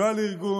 לא על ארגון,